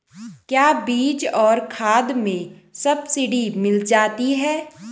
क्या बीज और खाद में सब्सिडी मिल जाती है?